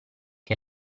che